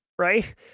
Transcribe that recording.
Right